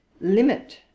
limit